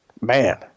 man